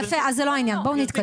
יפה, אז זה לא העניין, בואו נתקדם.